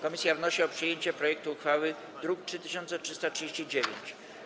Komisja wnosi o przyjęcie projektu uchwały z druku nr 3339.